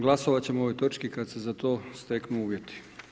Glasovati ćemo o ovoj točki kada se za to steknu uvjeti.